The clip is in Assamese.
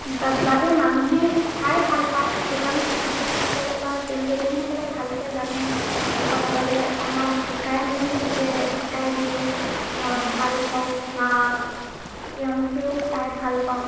তাত যাতে মানুহে চাই ভাল পায় সেইকাৰণে প্ৰশিক্ষকসকলৰ পৰা তেওঁলোকে যোনসকলে ভালকৈ জানে প্ৰশিক্ষকসকলে আমাক শিকাই মেলি এনেকৈ শিকাই দিয়ে ভাল হওক বা তেওঁলোকেও চাই ভাল পাওক